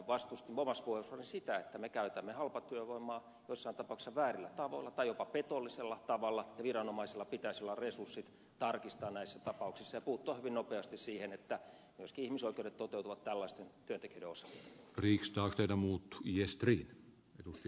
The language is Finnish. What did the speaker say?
vastustin omassa puheenvuorossani sitä että me käytämme halpatyövoimaa joissain tapauksissa väärillä tavoilla tai jopa petollisella tavalla ja viranomaisilla pitäisi olla resurssit tarkistaa tilanne näissä tapauksissa ja puuttua hyvin nopeasti siihen että myöskin ihmisoikeudet toteutuvat tällaisten työntekijöiden osalta